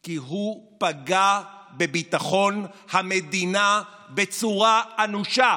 כי הוא פגע בביטחון המדינה בצורה אנושה.